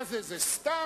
מה זה, זה סתם?